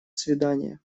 свиданья